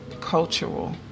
Cultural